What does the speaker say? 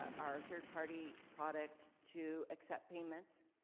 our third party product, to accept payments.